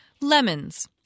Lemons